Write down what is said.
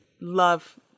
love